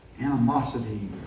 animosity